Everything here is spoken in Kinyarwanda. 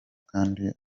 kandi